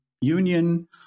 Union